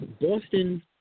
Boston